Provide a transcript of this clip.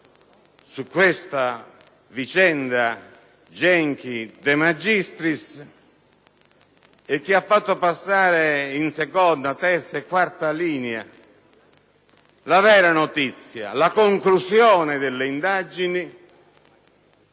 sulla vicenda Genchi e De Magistris, che ha fatto passare in seconda, terza e quarta linea la vera notizia: la conclusione delle indagini,